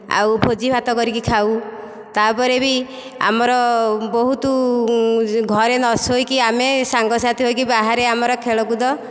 ଆଉ ଭୋଜିଭାତ କରିକି ଖାଉ ତା'ପରେ ବି ଆମର ବହୁତ ଘରେ ନ ଶୋଇକି ଆମେ ସାଙ୍ଗସାଥି ହୋଇକି ବାହାରେ ଆମର ଖେଳକୁଦ